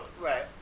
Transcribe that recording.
right